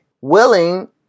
willing